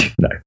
no